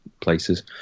places